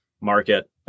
market